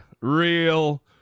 Real